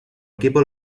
equipo